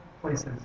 places